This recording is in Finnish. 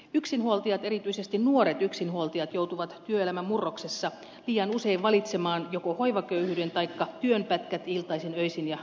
yksinhuoltajat erityisesti nuoret yksinhuoltajat joutuvat työelämän murroksessa liian usein valitsemaan joko hoivaköyhyyden taikka työn pätkät iltaisin öisin ja viikonloppuisin